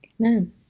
Amen